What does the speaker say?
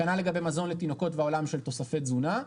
כנ"ל לגבי מזון לתינוקות בעולם של תוספי תזונה.